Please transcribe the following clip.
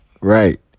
right